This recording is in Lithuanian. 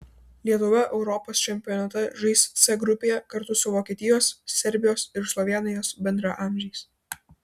lietuva europos čempionate žais c grupėje kartu su vokietijos serbijos ir slovėnijos bendraamžiais